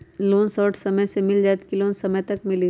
Loan short समय मे मिल जाएत कि लोन समय तक मिली?